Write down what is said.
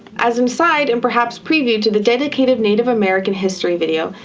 as an aside and perhaps preview to the dedicated native american history video,